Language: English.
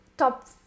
Top